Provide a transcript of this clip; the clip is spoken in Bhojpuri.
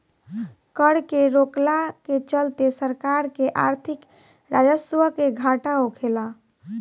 कर के रोकला के चलते सरकार के आर्थिक राजस्व के घाटा होखेला